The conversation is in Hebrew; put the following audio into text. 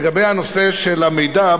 לגבי הנושא של המידע,